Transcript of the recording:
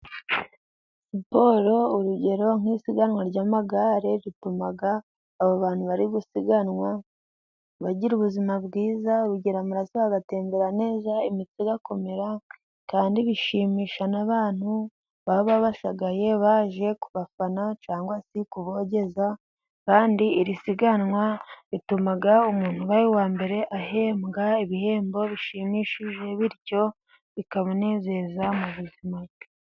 Siporo, urugero nk'isiganwa ry'amagare, rituma aba abantu bari busiganwa bagira ubuzima bwiza. Urugero :amaraso agatembera neza, imitsi igakomera . Kandi bishimisha n'abantu baba babashagaye baje kubafana cyangwa se kubogeza. Kandi iri siganwa rituma umuntu aba uwa mbere ahembwa ibihembo bishimishije bityo bikamunezeza mu buzima.